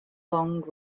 long